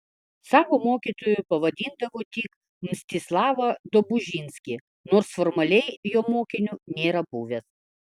savo mokytoju pavadindavo tik mstislavą dobužinskį nors formaliai jo mokiniu nėra buvęs